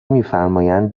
میفرمایند